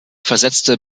versetzte